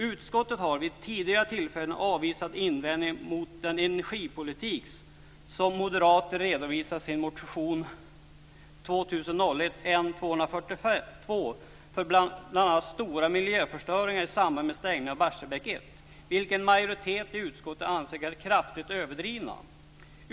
Utskottet har vid tidigare tillfällen avvisat invändningar mot den energipolitik som moderaterna redovisar i sin motion 2000/01:N242, bl.a. stora miljöförstöringar i samband med stängningen av Barsebäck 1 vilka en majoritet i utskottet anser är kraftigt överdrivna.